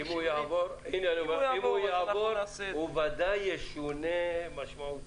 אם הוא יעבור, הוא ודאי ישונה משמעותית,